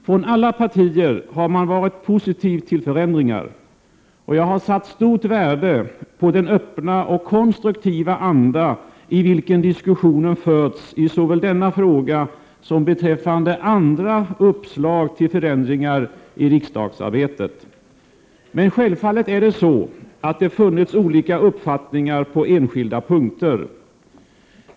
Från alla partier har man varit positiv till förändringar. Jag har satt stort värde på den öppna och konstruktiva anda i vilken diskussionen förts såväl i denna fråga som beträffande andra uppslag till förändringar i riksdagsarbetet. Men självfallet har det funnits olika uppfattningar på enskilda punkter.